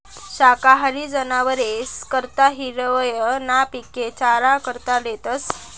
शाकाहारी जनावरेस करता हिरवय ना पिके चारा करता लेतस